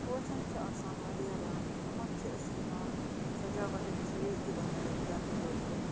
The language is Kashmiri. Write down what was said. پوشن چھِ آسان واریاہ رَنگ تِمَن چھِ أسۍ ہٮ۪کان سَجاوَٹٕکۍ چیٖز تہِ بَنٲیِتھ گَرٕ خٲطرٕ